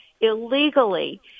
illegally